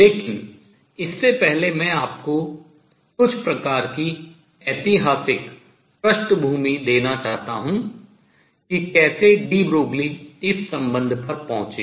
लेकिन इससे पहले मैं आपको कुछ प्रकार की ऐतिहासिक पृष्ठभूमि देना चाहता हूँ कि कैसे डी ब्रोगली इस संबंध पर पहुंचे